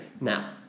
Now